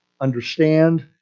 understand